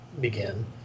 begin